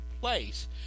place